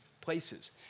places